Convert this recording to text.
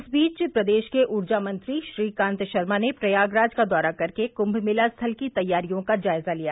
इस बीच प्रदेश के ऊर्जा मंत्री श्रीकांत शर्मा ने प्रयागराज का दौरा कर कुम मेला स्थल की तैयारियों का जायजा लिया